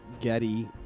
Getty